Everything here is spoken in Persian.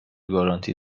گارانتی